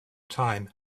time